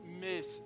Miss